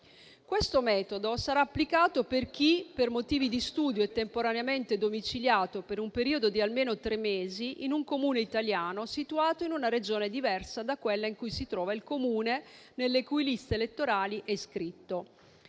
Questo metodo sarà applicato per chi, per motivi di studio, è temporaneamente domiciliato per un periodo di almeno tre mesi in un Comune italiano situato in una Regione diversa da quella in cui si trova il Comune nelle cui liste elettorali è iscritto.